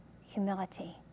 humility